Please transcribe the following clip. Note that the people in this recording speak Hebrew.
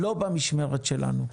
לא במשמרת שלנו.